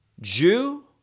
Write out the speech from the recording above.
Jew